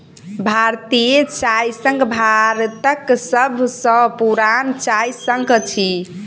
भारतीय चाय संघ भारतक सभ सॅ पुरान चाय संघ अछि